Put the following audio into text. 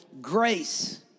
grace